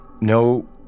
no